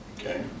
Okay